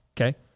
okay